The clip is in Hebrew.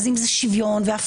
אז אם זה שוויון ואפליה,